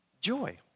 joy